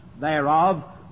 thereof